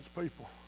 people